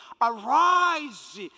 Arise